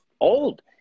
old